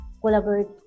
collaborate